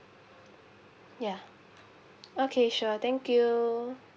ya okay sure thank you